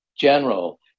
general